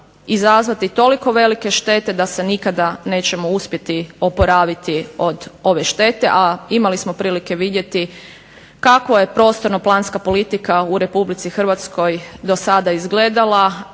izazvati toliko velike štete da se nikada nećemo uspjeti oporaviti od ove štete, a imali smo prilike vidjeti kako je prostorno-planska politika u Republici Hrvatskoj do sada izgledala,